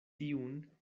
tiun